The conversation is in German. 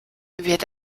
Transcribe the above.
wird